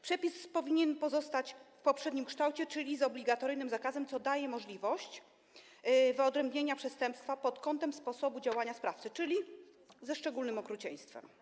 Przepis powinien pozostać w poprzednim kształcie, czyli z obligatoryjnym zakazem, co daje możliwość wyodrębnienia przestępstwa pod kątem sposobu działania sprawcy, czyli przestępstwa ze szczególnym okrucieństwem.